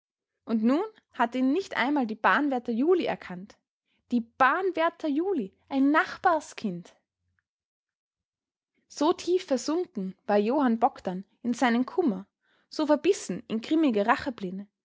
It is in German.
und nun hatte ihn nicht einmal die bahnwärter juli erkannt die bahnwärter juli ein nachbarskind so tief versunken war johann bogdn in seinen kummer so verbissen in grimmige rachepläne